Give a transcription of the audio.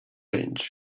bench